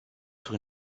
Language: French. sur